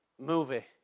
movie